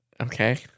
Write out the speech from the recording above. Okay